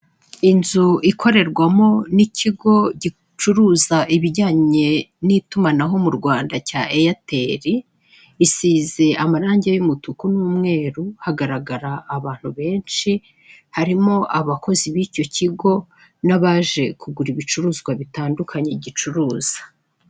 Inzu ikorerwamo n'ikigo gicuruza ibijyanye n'itumanaho mu Rwanda cya Eyateri, isize amarangi y'umutuku n'umweru hagaragara abantu benshi, harimo abakozi bicyo kigo n'abaje kugura ibicuruzwa bitandukanye gicuruza.